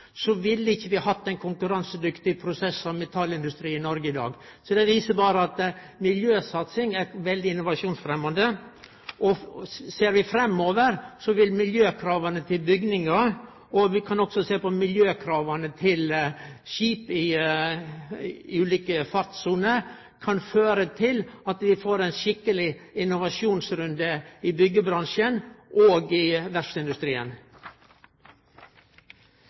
i Noreg i dag. Det viser berre at miljøsatsing er veldig innovasjonsfremmande. Ser vi framover, vil miljøkrava til bygningar og skip i ulike fartssoner kunne føre til at vi får ein skikkeleg innovasjonsrunde i byggjebransjen og i